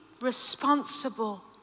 responsible